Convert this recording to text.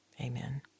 Amen